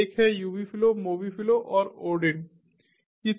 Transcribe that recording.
एक है Ubi Flow Mobi Flow और ODIN Flow Mobi Flow and ODIN